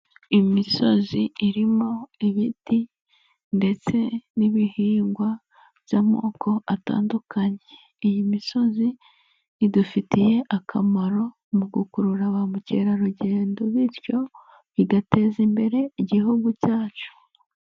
Imisozi irimo ibiti ndetse n'ibihingwa by'amoko atandukanye, iyi misozi idufitiye akamaro mu gukurura ba mukerarugendo bityo bigateza imbere igihugu cyacu.